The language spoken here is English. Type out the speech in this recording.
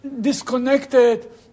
disconnected